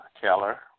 Keller